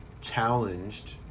challenged